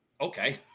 Okay